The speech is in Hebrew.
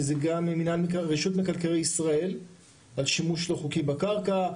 שזה גם עם רשות מקרקעי ישראל על שימוש לא חוקי בקרקע,